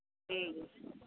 ᱴᱷᱤᱠᱜᱮᱭᱟ